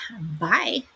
Bye